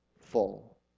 full